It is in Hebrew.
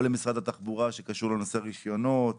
או למשרד התחבורה, שקשור לנושא רישיונות,